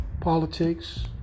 politics